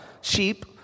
sheep